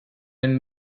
and